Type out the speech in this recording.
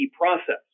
process